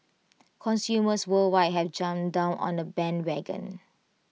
consumers worldwide have jumped on the bandwagon